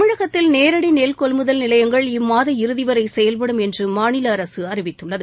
தமிழகத்தில் நேரடி நெல் கொள்முதல் நிலையங்கள் இம்மாத இறுதிவரை செயல்படும் என்று மாநில அரசு அறிவித்துள்ளது